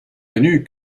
venues